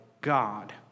God